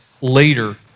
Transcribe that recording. later